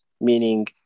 meaning